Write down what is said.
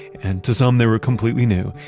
and to some, they were completely new.